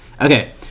Okay